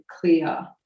clear